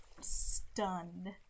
stunned